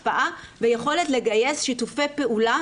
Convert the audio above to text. השפעה ויכולת לגייס שיתופי פעולה